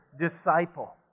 disciple